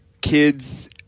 kids